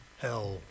hell